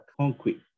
concrete